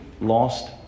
lost